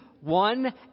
one